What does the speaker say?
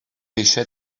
eisiau